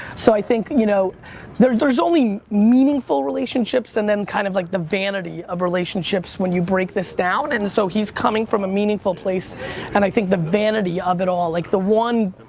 so i think, you know there's there's only meaningful relationships and then kind of like the vanity of relationships when you break this down, and so he's coming from a meaningful place and i think the vanity of it all, like the one,